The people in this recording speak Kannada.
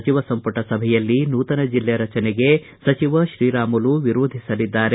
ಸಚಿವ ಸಂಪುಟ ಸಭೆಯಲ್ಲಿ ನೂತನ ಜೆಲ್ಲೆ ರಚನೆಗೆ ಸಚಿವ ಶ್ರೀರಾಮುಲು ವಿರೋಧಿಸಲಿದ್ದಾರೆ